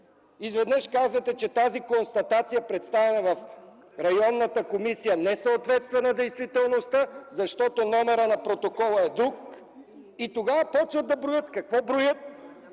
Изведнъж казвате, че тази констатация, представена в районната комисия, не съответства на действителността, защото номерът на протокола е друг. И тогава почват да броят. Какво броят?